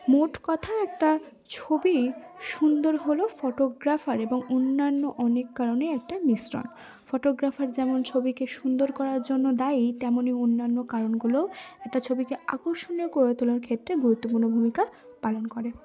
মোট কথা একটা ছবি সুন্দর হলো ফটোগ্রাফার এবং অন্যান্য অনেক কারণে একটা মিশ্রণ ফটোগ্রাফার যেমন ছবিকে সুন্দর করার জন্য দায়ী তেমনই অন্যান্য কারণগুলো একটা ছবিকে আকর্ষণীয় করে তোলার ক্ষেত্রে গুরুত্বপূর্ণ ভূমিকা পালন করে